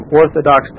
orthodox